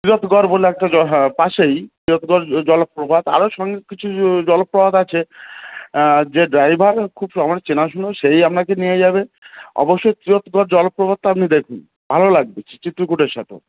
তিলতগড় বলে একটা জল হ্যাঁ পাশেই তিলতগড় জলপ্রপাত আরো সামনে কিছু জলপ্রপাত আছে অ্যাঁ যে ড্রাইভার খুব আমাদের চেনাশুনো সেই আপনাকে নিয়ে যাবে অবশ্যই তিলতগড় জলপ্রপাতটা আপনি দেখুন ভালো লাগবে চি চি চিত্রকূটের সাথে